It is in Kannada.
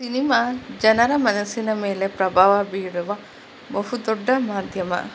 ಸಿನಿಮಾ ಜನರ ಮನಸ್ಸಿನ ಮೇಲೆ ಪ್ರಭಾವ ಬೀರುವ ಬಹುದೊಡ್ಡ ಮಾಧ್ಯಮ